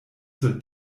zur